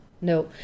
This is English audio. no